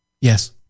yes